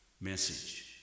message